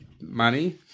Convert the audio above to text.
money